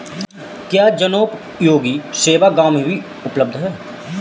क्या जनोपयोगी सेवा गाँव में भी उपलब्ध है?